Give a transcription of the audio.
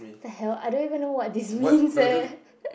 the hell I don't even know what this means eh